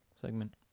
segment